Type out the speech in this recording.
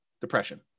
depression